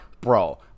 bro